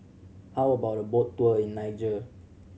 how about a boat tour in Niger